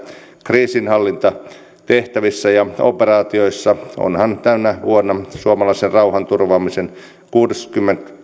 kriisinhallintatehtävissä ja operaatioissa onhan tänä vuonna suomalaisen rauhanturvaamisen kuusikymmentä